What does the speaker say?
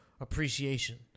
appreciation